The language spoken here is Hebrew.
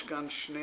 יש כאן שני